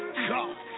god